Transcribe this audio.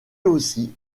aussi